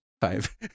five